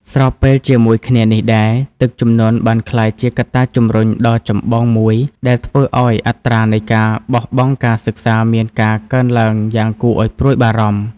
ស្របពេលជាមួយគ្នានេះដែរ ទឹកជំនន់បានក្លាយជាកត្តាជំរុញដ៏ចម្បងមួយដែលធ្វើឱ្យអត្រានៃការបោះបង់ការសិក្សាមានការកើនឡើងយ៉ាងគួរឱ្យព្រួយបារម្ភ។